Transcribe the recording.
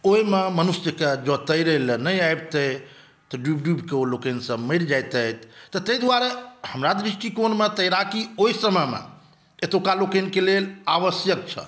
ओहिमे मनुष्यकेँ जँ तैरै लए नहि अबितै तऽ डुबि डुबिके ओ लोकनि सभ मरि जैतथि तऽ तै दुआरे हमरा दृष्टिकोणमे तैराकी ओहि समयमे एतुका लोकनिकेँ लेल आवश्यक छल